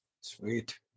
Sweet